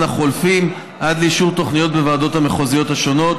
החולפים עד לאישור תוכניות בוועדות המחוזיות השונות,